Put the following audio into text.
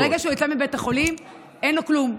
ברגע שהוא יוצא מבית החולים אין לו כלום.